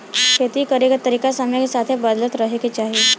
खेती करे के तरीका समय के साथे बदलत रहे के चाही